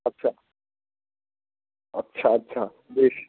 আচ্ছা আচ্ছা আচ্ছা বেশ